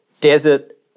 desert